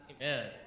Amen